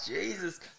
Jesus